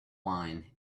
wine